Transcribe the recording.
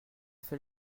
fait